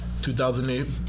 2008